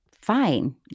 fine